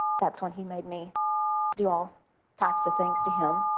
that's when he made me do all types of things to him.